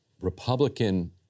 Republican